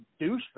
douchebag